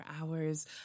hours